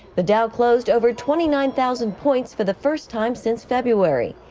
the dow closed over twenty nine thousand points for the first time since february.